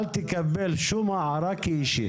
אל תקבל שום הערה כאישית.